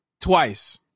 twice